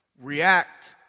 React